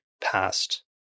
past